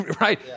right